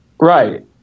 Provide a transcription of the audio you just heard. Right